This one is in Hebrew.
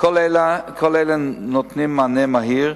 כל אלה נותנים מענה מהיר,